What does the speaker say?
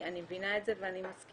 אני מבינה את זה ואני מסכימה.